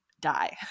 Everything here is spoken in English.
die